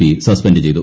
P suspend ചെയ്തു